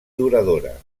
duradora